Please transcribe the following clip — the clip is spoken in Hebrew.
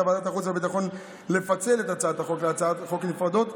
ועדת החוץ והביטחון לפצל את הצעת החוק להצעות חוק נפרדות.